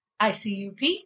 ICUP